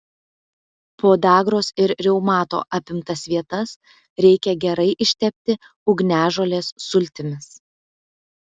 podagros ir reumato apimtas vietas reikia gerai ištepti ugniažolės sultimis